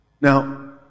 Now